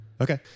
Okay